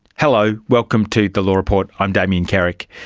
hello, welcome to the law report, i'm damien carrick.